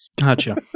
Gotcha